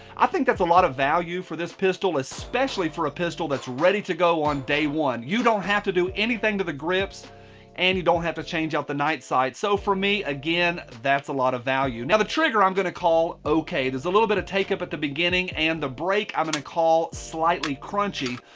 i think that's a lot of value for this pistol. especially for a pistol that's ready to go on day one. you don't have to do anything to the grips and you don't have to change out the night sights. so for me again that's a lot of value. now the trigger i'm gonna call okay. there's a little bit of take up at the beginning and the brake i'm going to call slightly crunchy.